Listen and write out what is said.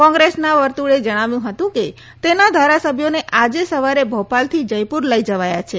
કોંગ્રેસના વર્તુળે જણાવ્યું હતું કે તેના ધારાસભ્યોને આજે સવારે ભોપાલથી જયપુર લઇ જવાયા છે